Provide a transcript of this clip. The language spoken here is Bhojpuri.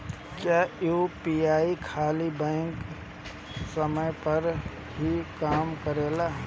क्या यू.पी.आई खाली बैंक के समय पर ही काम करेला?